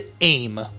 aim